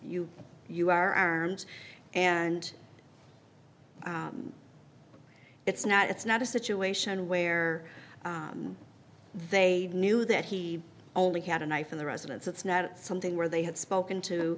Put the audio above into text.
you you are armed and it's not it's not a situation where they knew that he only had a knife in the residence it's not something where they had spoken to